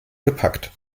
gepackt